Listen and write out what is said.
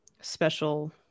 special